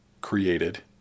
created